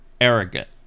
arrogant